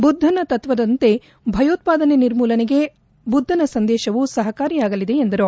ಬುದ್ದನ ತತ್ವದಂತೆ ಭಯೋತ್ವಾದನೆ ನಿರ್ಮೂಲನೆಗೆ ಬುದ್ದನ ಸಂದೇಶವು ಸಹಕಾರಿಯಾಗಲಿದೆ ಎಂದರು